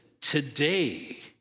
today